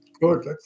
good